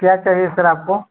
क्या चहिए सर आपको